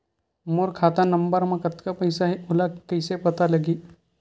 मोर खाता नंबर मा कतका पईसा हे ओला कइसे पता लगी?